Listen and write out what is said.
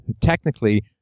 technically